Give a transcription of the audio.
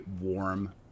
warm